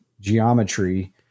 geometry